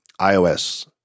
iOS